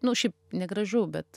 nu šiaip negražu bet